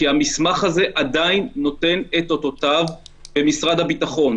כי המסמך הזה עדיין נותן את אותותיו במשרד הביטחון.